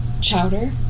Chowder